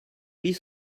bis